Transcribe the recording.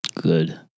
Good